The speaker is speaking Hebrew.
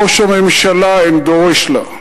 ראש הממשלה אין דורש לה.